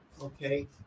okay